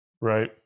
right